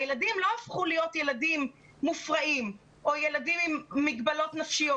הילדים לא הפכו להיות ילדים מופרעים או ילדים עם מגבלות נפשיות.